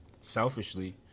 Selfishly